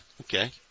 Okay